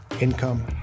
income